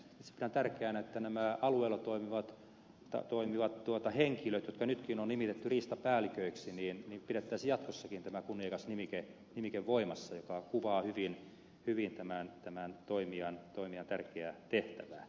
pidän tärkeänä että kun nyt näitä alueella toimivia henkilöitä on nimitetty riistapäälliköiksi niin pidettäisiin jatkossakin tämä kunniakas nimike voimassa joka kuvaa hyvin tämän toimijan tärkeää tehtävää